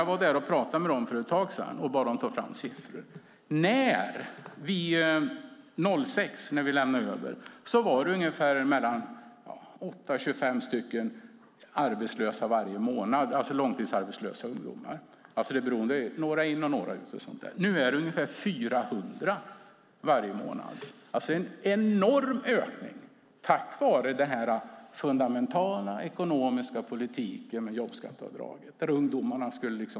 Jag var där och pratade med dem för ett tag sedan och bad dem ta fram siffror. När vi lämnade över 2006 var det ungefär 8-25 långtidsarbetslösa ungdomar varje månad. Det var några in och några ut. Nu är det ungefär 400 varje månad. Det är alltså en enorm ökning, tack vare den fundamentala ekonomiska politiken med jobbskatteavdraget.